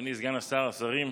אדוני סגן השר, השרים,